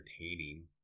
entertaining